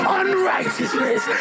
unrighteousness